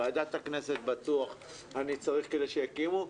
ועדת הכנסת בטוח אני צריך כדי שיקימו,